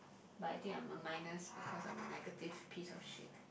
but I think I'm a minus because I'm a negative piece of shit